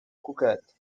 cuquet